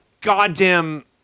goddamn